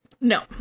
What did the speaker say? No